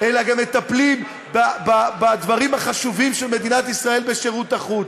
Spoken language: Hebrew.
אלא גם מטפלים בדברים של מדינת ישראל בשירות החוץ.